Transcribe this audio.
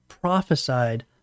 prophesied